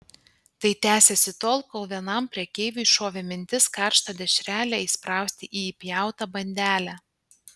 tai tęsėsi tol kol vienam prekeiviui šovė mintis karštą dešrelę įsprausti į įpjautą bandelę